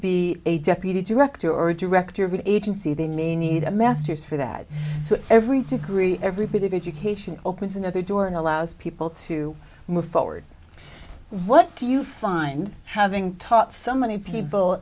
be a deputy director or a director of an agency they may need a masters for that so every degree every bit of education opens another door and allows people to move forward what do you find having taught so many people